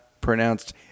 pronounced